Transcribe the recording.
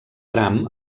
tram